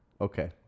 Okay